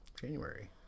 January